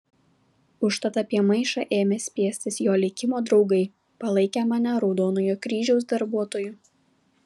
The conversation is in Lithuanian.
užtat apie maišą ėmė spiestis jo likimo draugai palaikę mane raudonojo kryžiaus darbuotoju